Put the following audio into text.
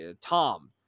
Tom